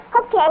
Okay